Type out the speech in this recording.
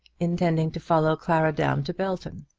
intending to follow clara down to belton.